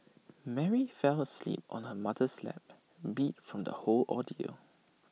Mary fell asleep on her mother's lap beat from the whole ordeal